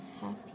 happy